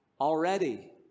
already